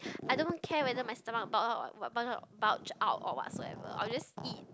I don't care whether my stomach bulge out bulge out bulge out or whatsoever I will just eat